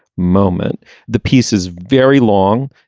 moment the pieces very long.